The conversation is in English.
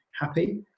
happy